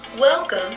Welcome